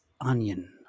Onion*